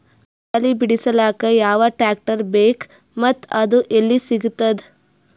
ಕಡಲಿ ಬಿಡಿಸಲಕ ಯಾವ ಟ್ರಾಕ್ಟರ್ ಬೇಕ ಮತ್ತ ಅದು ಯಲ್ಲಿ ಸಿಗತದ?